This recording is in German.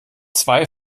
zwei